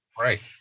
Right